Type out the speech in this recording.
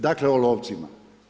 Dakle, o lovcima.